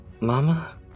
Mama